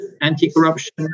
anti-corruption